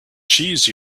cheese